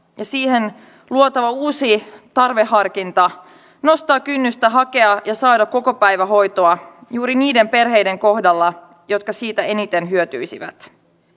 ja siihen luotava uusi tarveharkinta nostavat kynnystä hakea ja saada kokopäivähoitoa juuri niiden perheiden kohdalla jotka siitä eniten hyötyisivät